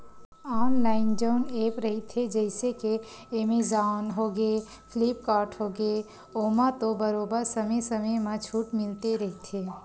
online जउन app रहिथे जइसे के एमेजॉन होगे, फ्लिपकार्ट होगे ओमा तो बरोबर समे समे म छूट मिलते रहिथे